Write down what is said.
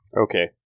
Okay